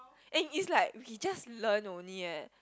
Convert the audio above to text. and is like we just learn only eh